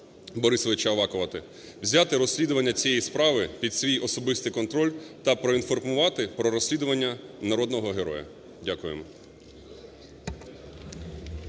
Борисовича Авакова взяти розслідування цієї справи під свій особистий контроль та проінформувати про розслідування народного героя. Дякую.